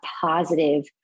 positive